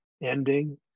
ending